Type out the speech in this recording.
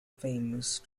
famous